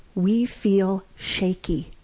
we feel shaky.